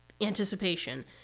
Anticipation